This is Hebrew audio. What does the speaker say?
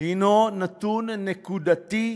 הוא נתון נקודתי,